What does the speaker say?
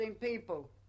people